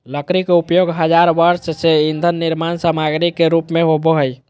लकड़ी के उपयोग हजार वर्ष से ईंधन निर्माण सामग्री के रूप में होबो हइ